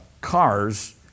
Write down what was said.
cars